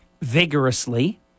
vigorously